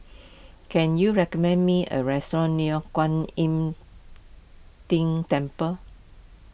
can you recommend me a restaurant near Kwan Im Tng Temple